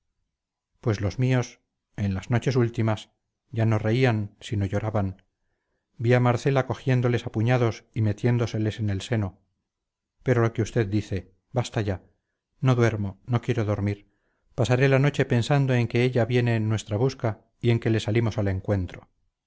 pues los míos en las noches últimas ya no reían sino lloraban vi a marcela cogiéndoles a puñados y metiéndoseles en el seno pero lo que usted dice basta ya no duermo no quiero dormir pasaré la noche pensando en que ella viene en nuestra busca y en que le salimos al encuentro